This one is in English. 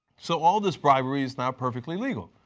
so all this bribery is now perfectly legal.